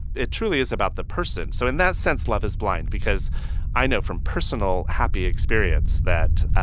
it truly is about the person. so in that sense, love is blind because i know from personal, happy experience that